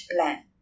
plan